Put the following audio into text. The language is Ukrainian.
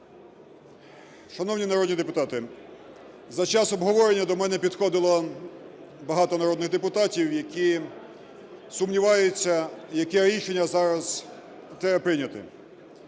Шановні народні депутати, за час обговорення до мене підходило багато народних депутатів, які сумніваються, яке рішення зараз треба прийняти.